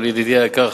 של ידידי היקר,